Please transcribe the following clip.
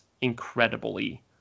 incredibly